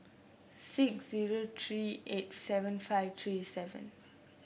six zero three eight seven five three seven